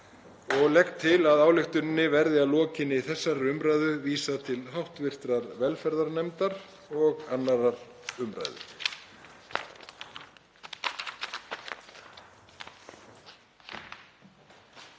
og legg til að henni verði að lokinni þessari umræðu vísað til hv. velferðarnefndar og 2. umræðu.